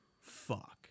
fuck